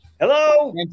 Hello